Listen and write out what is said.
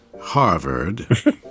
Harvard